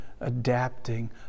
adapting